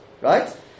Right